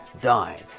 died